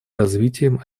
развитием